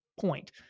point